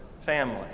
family